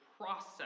process